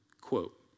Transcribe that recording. quote